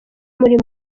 muri